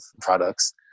products